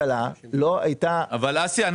אבל אסי,